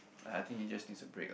uh I just think he needs a break ah